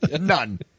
None